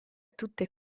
tutte